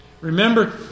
Remember